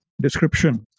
description